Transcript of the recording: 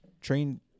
train